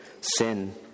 sin